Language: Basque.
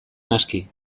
naski